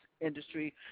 industry